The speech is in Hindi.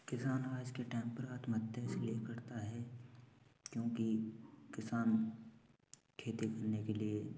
किसान आज के टाइम पर आत्महत्या इसलिए करता है क्योंकि किसान खेती करने के लिए